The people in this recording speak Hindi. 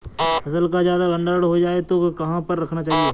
फसल का ज्यादा भंडारण हो जाए तो कहाँ पर रखना चाहिए?